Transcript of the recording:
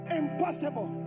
impossible